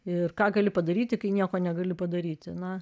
ir ką gali padaryti kai nieko negali padaryti na